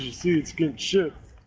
see it's getting shipped.